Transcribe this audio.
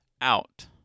out